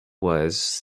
was